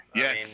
Yes